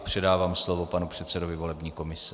Předávám slovo panu předsedovi volební komise.